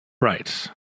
Right